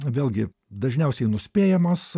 vėlgi dažniausiai nuspėjamos